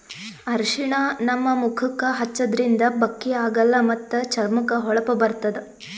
ಅರ್ಷಿಣ ನಮ್ ಮುಖಕ್ಕಾ ಹಚ್ಚದ್ರಿನ್ದ ಬಕ್ಕಿ ಆಗಲ್ಲ ಮತ್ತ್ ಚರ್ಮಕ್ಕ್ ಹೊಳಪ ಬರ್ತದ್